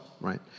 right